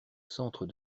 centre